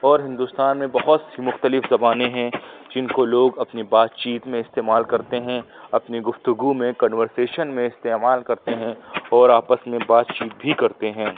اور ہندوستان میں بہت سی مختلف زبانیں ہیں جن کو لوگ اپنی بات چیت میں استعمال کرتے ہیں اپنی گفتگو میں کنورسیشن میں استعمال کرتے ہیں اور آپس میں بات چیت بھی کرتے ہیں